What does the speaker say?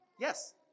yes